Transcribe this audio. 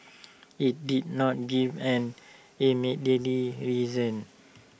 IT did not give an immediately reason